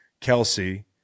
kelsey